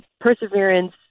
perseverance